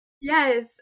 Yes